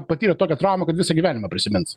patyrė tokią traumą kad visą gyvenimą prisimins